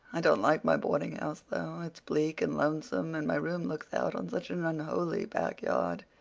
i don't like my boardinghouse, though. it's bleak and lonesome, and my room looks out on such an unholy back yard.